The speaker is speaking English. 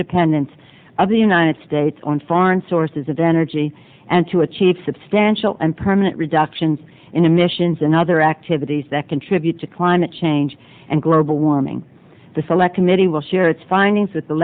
dependence of the united states on foreign sources of energy and to achieve substantial and permanent reductions in emissions and other activities that contribute to climate change and global warming the select committee will share its findings with the